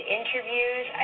interviews